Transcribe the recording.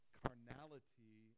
carnality